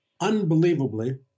Unbelievably